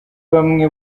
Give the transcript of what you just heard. bamwe